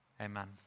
Amen